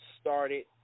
started